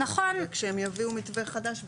אבל כשהם יביאו מתווה חדש,